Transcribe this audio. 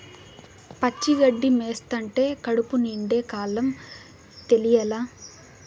పచ్చి గడ్డి మేస్తంటే కడుపు నిండే కాలం తెలియలా